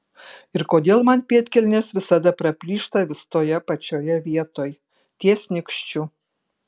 ir kodėl man pėdkelnės visada praplyšta vis toje pačioje vietoj ties nykščiu